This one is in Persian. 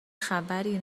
خبری